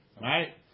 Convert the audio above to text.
right